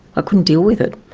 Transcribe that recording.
ah couldn't deal with it,